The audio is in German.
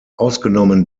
ausgenommen